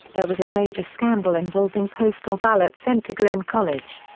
there was a major scandal involving postal ballots sent to glenn college.